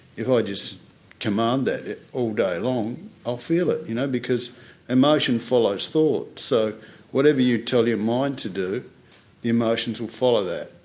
if i just command that all day long i'll feel it, you know because emotion follows thought. so whatever you tell your mind to do the emotions will follow that.